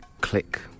click